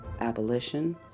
abolition